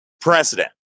precedent